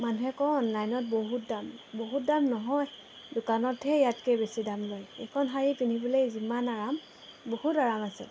মানুহে কয় অনলাইনত বহুত দাম বহুত দাম নহয় দোকানতহে ইয়াতকৈ বেছি দাম লয় এইখন শাৰী পিন্ধিবলৈ যিমান আৰাম বহুত আৰাম আছে